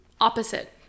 Opposite